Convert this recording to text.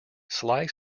sly